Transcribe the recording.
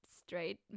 straight